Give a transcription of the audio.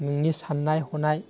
नोंनि सान्नाय हन्नाय